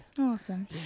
Awesome